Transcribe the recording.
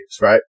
right